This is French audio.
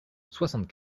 soixante